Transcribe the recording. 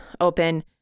open